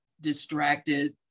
distracted